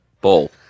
ball